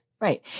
Right